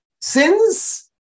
sins